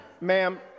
ma'am